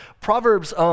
Proverbs